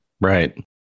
Right